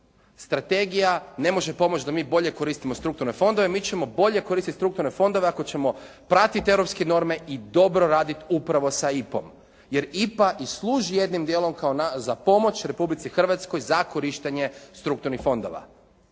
Strategija ne može pomoći da mi bolje koristimo strukturne fondove, mi ćemo bolje koristiti strukturne fondove ako ćemo pratiti europske norme i dobro raditi upravo sa IPA-om, jer IPA i služi jednim dijelom za pomoć Republici Hrvatskoj za korištenje strukturnih fondova,